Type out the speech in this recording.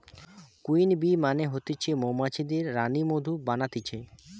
queen bee মানে হতিছে মৌমাছিদের রানী মধু বানাতিছে